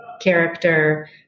character